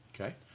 Okay